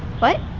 what?